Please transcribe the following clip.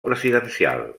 presidencial